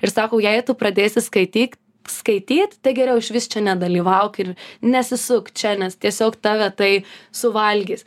ir sako jei tu pradėsi skaityt skaityt tai geriau išvis čia nedalyvauk ir nesisuk čia nes tiesiog tave tai suvalgys